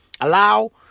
Allow